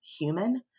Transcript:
human